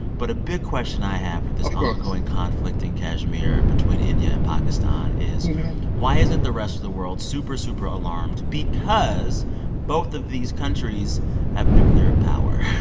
but a big question i have with this. of course. ongoing conflict in kashmir between india and pakistan is why isn't the rest of the world super, super alarmed? because both of these countries have nuclear power.